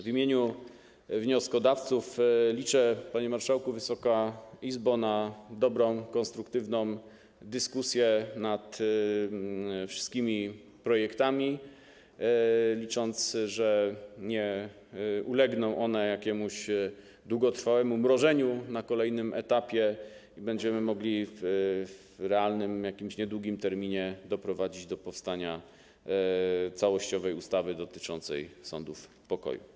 W imieniu wnioskodawców chcę powiedzieć, panie marszałku, Wysoka Izbo, że liczymy na dobrą, konstruktywną dyskusję nad wszystkimi projektami oraz na to, że nie ulegną one jakiemuś długotrwałemu mrożeniu na kolejnym etapie i że będziemy mogli w realnym, niedługim terminie doprowadzić do powstania całościowej ustawy dotyczącej sądów pokoju.